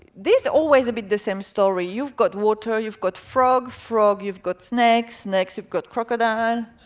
this always a bit the same story. you've got water, you've got frog, frog you've got snakes, snakes you've got crocodile.